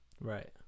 Right